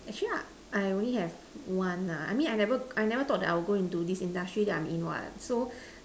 actually I I only have one nah I mean I never I never thought I would go into this industry that I'm in what so